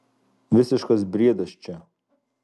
visiškas briedas čia